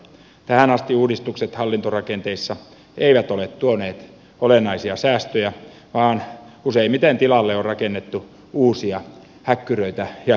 tähän asti uudistukset hallintorakenteissa eivät ole tuoneet olennaisia säästöjä vaan useimmiten tilalle on rakennettu uusia häkkyröitä ja himmeleitä